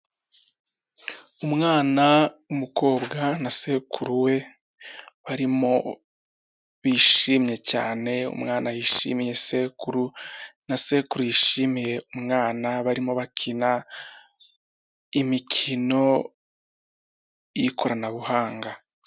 mwana w'umukobwa na sekuru we barimo bishimye cyane, umwana yishimiye sekuru na sekuru yishimiye umwana. Barimo bakina imikino y'ikoranabuhanga.